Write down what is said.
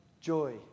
joy